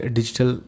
Digital